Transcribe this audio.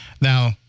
Now